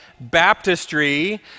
baptistry